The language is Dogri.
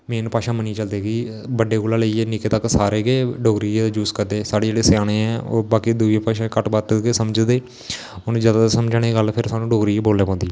मेन भाशा मनियें चलदे कि बड्डे कोला लेइयै निक्के तक सारे गै डोगरी गै यूस करदे साढ़े जेह्के स्यानें न ओह् दुइयां भाशा घट्ट बद्ध गै समझदे उ'नें गी समझनें दी गल्ल फिर सानूं डोगरी च गै बोलना पौंदी